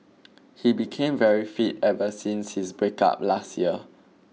he became very fit ever since his breakup last year